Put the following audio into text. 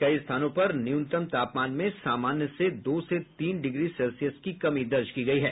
कई स्थानों पर न्यूनतम तापमान में सामान्य से दो से तीन डिग्री सेल्सियस की कमी दर्ज की गयी है